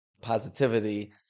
positivity